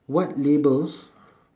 what labels